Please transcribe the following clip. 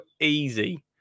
easy